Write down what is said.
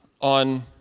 on